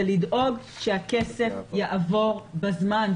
זה לדאוג שהכסף בזמן.